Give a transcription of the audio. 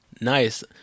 nice